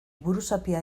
buruzapia